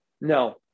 No